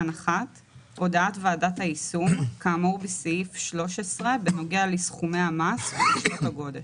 (1)הודעת ועדת היישום כאמור בסעיף 13 בנוגע לסכומי המס ולשעות הגודש,"